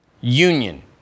union